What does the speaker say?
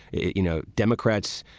you know, democrats,